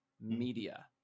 media